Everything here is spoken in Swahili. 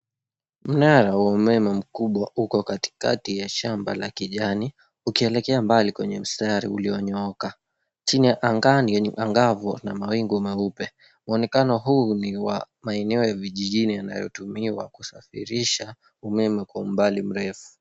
Mnara wa umeme mkubwa uko katikati ya shamba la kijani, ukielekea mbali kwenye mstari ulionyooka. Chini ya anga ni angavu na mawingu meupe. Mwonekano huu ni wa maeneo ya vijijini inayotumiwa kusafirisha umeme kwa umbali mrefu.